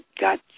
got